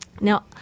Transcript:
Now